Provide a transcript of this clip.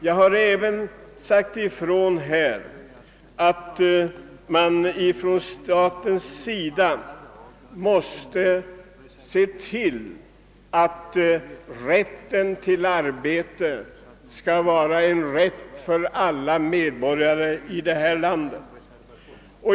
Jag har också sagt ifrån att staten måste se till att rätten till arbete blir en rätt för alla medborgare i detta land.